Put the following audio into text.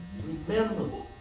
Remember